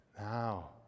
Now